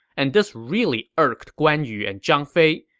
and this really irked guan yu and zhang fei.